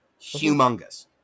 humongous